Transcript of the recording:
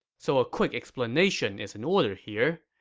so a quick explanation is in order here.